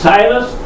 Silas